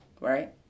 right